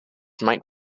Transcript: might